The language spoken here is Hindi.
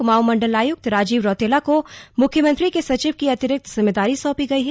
कुमाऊं मंडल आयुक्त राजीव रौतेला को मुख्यमंत्री के सचिव की अतिरिक्त जिम्मेदारी सौंपी गई है